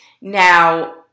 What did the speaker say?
Now